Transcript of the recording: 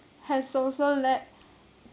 has also led